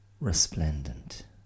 resplendent